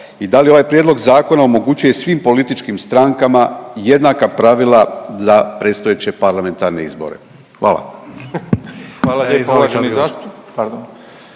i da li ovaj prijedlog zakona omogućuje svim političkim strankama jednaka pravila za predstojeće parlamentarne izbore? Hvala.